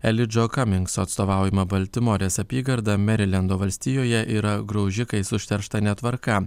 elidžo kaminkso atstovaujama baltimorės apygarda merilendo valstijoje yra graužikais užteršta netvarka